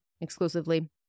exclusively